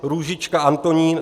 Růžička Antonín